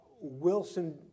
Wilson